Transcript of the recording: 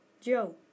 Joe